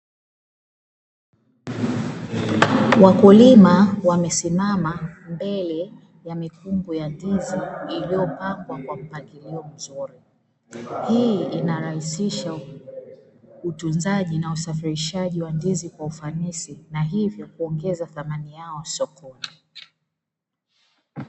Wakulima wamesimama mbele ya mikungu ya ndizi iliyopangwa kwa mpangilio mzuri, hii inarahisisha utunzaji na usafirishaji wa ndizi kwa ufanisi na hivyo kuongeza thamani yao sokoni.